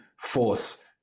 force